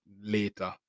later